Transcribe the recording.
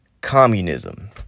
communism